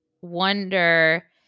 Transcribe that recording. wonder